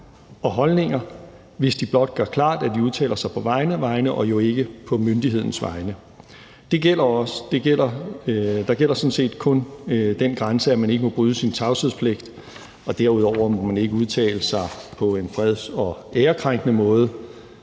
og holdninger, hvis de blot gør klart, at de udtaler sig på egne vegne og ikke på myndighedens vegne. Der gælder sådan set kun den grænse, at man ikke må bryde sin tavshedspligt, og derudover må man ikke udtale sig på en freds- og ærekrænkende måde